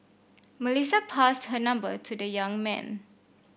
Melissa passed her number to the young man